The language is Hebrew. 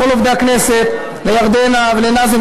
לכל עובדי הכנסת: לירדנה ולנאזם,